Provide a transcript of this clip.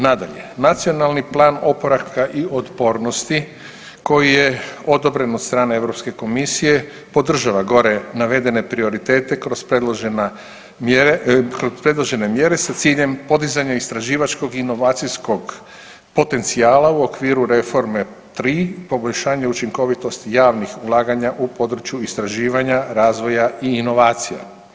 Nadalje, Nacionalni plan oporavka i otpornosti koji je odobren od strane Europske komisije podržava gore navedene prioritete kroz predložena, kroz predložene mjere sa ciljem podizanja istraživačkog inovacijskog potencijala u okviru reforme 3 poboljšanje učinkovitosti javnih ulaganja u području istraživanja, razvoja i inovacija.